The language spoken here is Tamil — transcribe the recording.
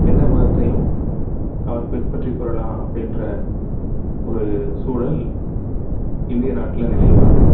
எந்த மதத்தையும் அவன் பின்பற்றிக் கொள்ளலாம் அப்படின்ற ஒரு சூழல் இந்திய நாட்டில் நிலவி வருது